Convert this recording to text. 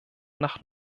nach